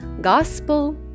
Gospel